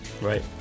right